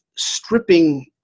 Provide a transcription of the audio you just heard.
stripping